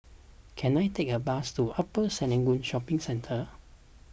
can I take a bus to Upper Serangoon Shopping Centre